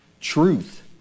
truth